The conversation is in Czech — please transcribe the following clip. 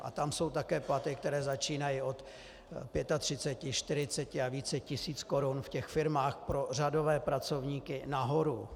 A tam jsou také platy, které začínají od 35, 40 a více tisíc korun v těch firmách pro řadové pracovníky nahoru.